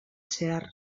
zehar